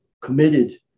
committed